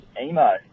emo